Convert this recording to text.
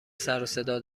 سروصدا